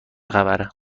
خبره